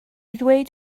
ddweud